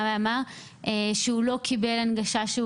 ואמר שהוא לא קיבל הנגשה.